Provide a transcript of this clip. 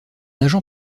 agent